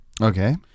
Okay